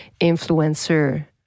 influencer